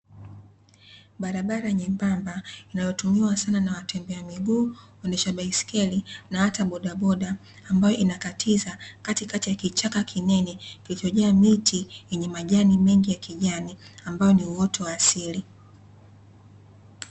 Barabara nyembamba inayotumiwa sana na watembea miguu, waendesha baiskeli, na hata bodaboda, ambayo inakatiza katikati ya kichaka kinene, kilichojaa miti yenye majani mengi ya kijani, ambayo ni uoto wa asili.